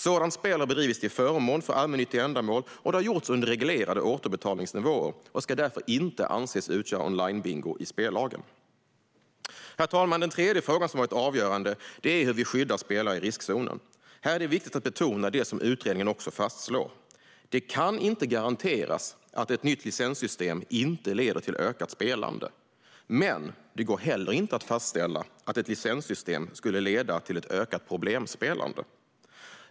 Sådant spel har bedrivits till förmån för allmännyttiga ändamål, och det har gjorts under reglerade återbetalningsnivåer och ska därför inte anses utgöra onlinebingo i spellagen. Herr talman! Den tredje delen som varit avgörande är hur vi skyddar spelare i riskzonen. Här är det viktigt att betona det som utredningen också fastslår. Det kan inte garanteras att ett nytt licenssystem inte leder till ett ökat spelande, men det går heller inte att fastställa att ett licenssystem skulle leda till ett ökat problemspelande.